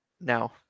No